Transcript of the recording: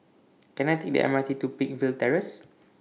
Can I Take The M R T to Peakville Terrace